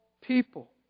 people